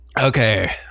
okay